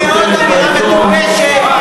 הנה עוד אמירה מטופשת שתתנצל עליה.